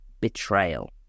betrayal